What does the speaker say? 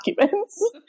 documents